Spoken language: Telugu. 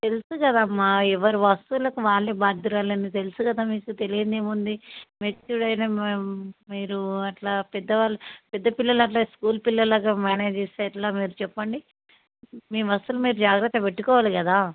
తెలుసు కదమ్మ ఎవరి వస్తువులకు వాళ్ళే బాధ్యురాలు అని తెలుసు కదా మీకు తెలియనిది ఏముంది మెచ్యూర్డ్ అయిన మ మీరు అట్లా పెద్దవాళ్ళు పెద్ద పిల్లలు అట్లా స్కూల్ పిల్లల్లాగా మేనేజ్ చేస్తే ఎట్లా మీరు చెప్పండి మీ వస్తువులు మీరు జాగ్రత్తగా పెట్టుకోవాలి కదా